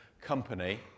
company